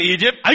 Egypt